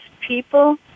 people